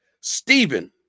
Stephen